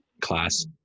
class